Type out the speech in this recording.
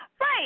Right